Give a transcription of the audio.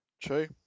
True